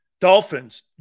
Dolphins